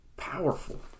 powerful